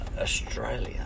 Australia